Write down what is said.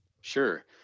Sure